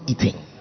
eating